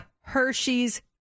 hershey's